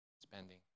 spending